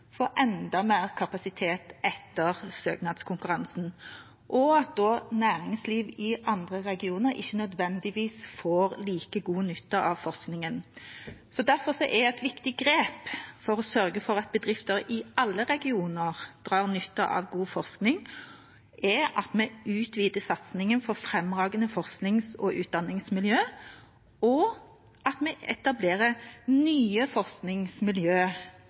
enda mer kapasitet etter søknadskonkurransen, og næringsliv i andre regioner ikke nødvendigvis får like god nytte av forskningen. Derfor er et viktig grep for å sørge for at bedrifter i alle regioner drar nytte av god forskning, at vi utvider satsingen for fremragende forsknings- og utdanningsmiljøer, og at vi etablerer nye